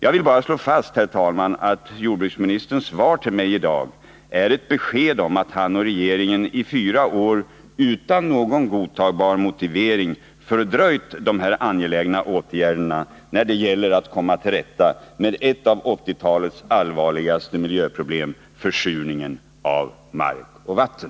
Jag vill bara slå fast att jordbruksministerns svar till mig i dag är ett besked om att han och regeringen i fyra år utan någon godtagbar motivering fördröjt de här angelägna åtgärderna när det gäller att komma till rätta med ett av 1980-talets allvarligaste miljöproblem — försurningen av mark och vatten.